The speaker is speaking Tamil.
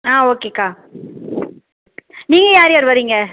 ஆ ஓகேக்கா நீங்கள் யார் யார் வரீங்க